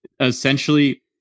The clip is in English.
essentially